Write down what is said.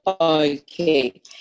Okay